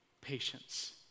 patience